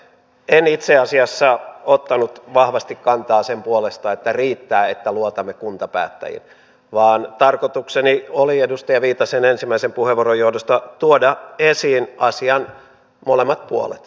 en itse asiassa ottanut vahvasti kantaa sen puolesta että riittää että luotamme kuntapäättäjiin vaan tarkoitukseni oli edustaja viitasen ensimmäisen puheenvuoron johdosta tuoda esiin asian molemmat puolet